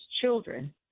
children